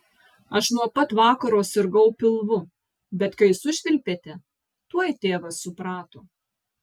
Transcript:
aš nuo pat vakaro sirgau pilvu bet kai sušvilpėte tuoj tėvas suprato